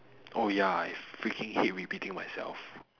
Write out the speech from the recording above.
oh ya I freaking hate repeating myself